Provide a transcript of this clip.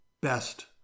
best